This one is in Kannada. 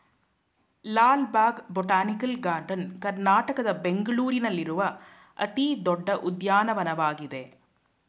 ಲಾಲ್ ಬಾಗ್ ಬಟಾನಿಕಲ್ ಗಾರ್ಡನ್ ಕರ್ನಾಟಕದ ಬೆಂಗಳೂರಿನಲ್ಲಿರುವ ಅತಿ ದೊಡ್ಡ ಉದ್ಯಾನವನವಾಗಿದೆ